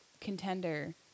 contender